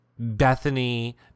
Bethany